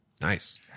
nice